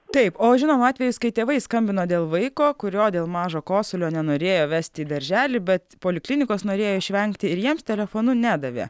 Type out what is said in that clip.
taip o žinoma atvejis kai tėvai skambino dėl vaiko kurio dėl mažo kosulio nenorėjo vesti į darželį bet poliklinikos norėjo išvengti ir jiems telefonu nedavė